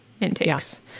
intakes